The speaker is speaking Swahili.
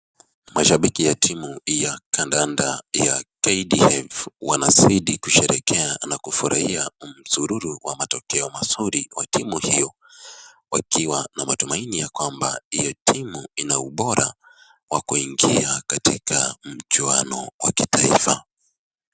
Mashabiki ya timu ya kandanda ya KDF wanazidii kusherekea na kufurahia msururu wa matokeo mazuri wa timu hiyo. Wakiwa na matumaini ya kwamba hiyo timu inaubora wa kuingia katika mchuano wa kitaifa.